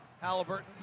Halliburton